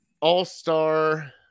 all-star